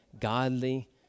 godly